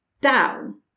down